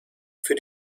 für